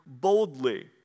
boldly